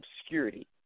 obscurity